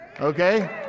okay